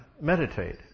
Meditate